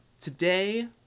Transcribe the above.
today